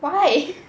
why